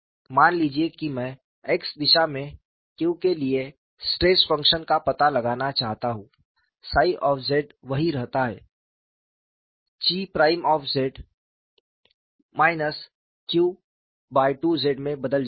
मान लीजिए कि मैं x दिशा में q के लिए स्ट्रेस फ़ंक्शन का पता लगाना चाहता हूं 𝜳 वही रहता है 𝛘′ q2z में बदल जाता है